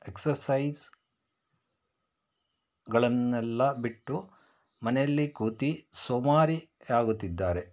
ಎಕ್ಸರ್ಸೈಸ್ಗಳನ್ನೆಲ್ಲ ಬಿಟ್ಟು ಮನೆಯಲ್ಲಿ ಕೂತು ಸೋಮಾರಿಯಾಗುತ್ತಿದ್ದಾರೆ